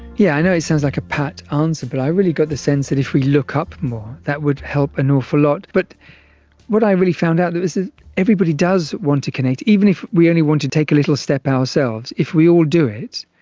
yeah i know it sounds like a pat answer but i really got the sense that if we look up more, that would help an awful lot. but what i really found out is that everybody does want to connect, even if we only want to take a little step ourselves, if we all do it,